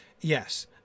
Yes